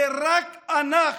זה רק אנחנו.